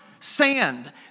Sand